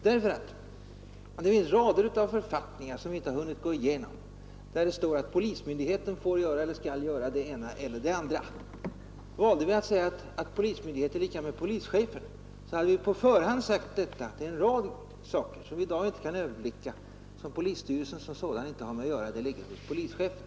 Det finns nämligen rader av författningar som vi inte har hunnit gå igenom, där det står att polismyndigheten får göra eller skall göra det ena eller det andra. Valde vi att säga att polismyndighet är lika med polischeferna, hade vi på förhand sagt att det är en rad saker, som vi i dag inte kan överblicka, som polisstyrelsen som sådan inte har med att göra utan som ligger hos polischefen.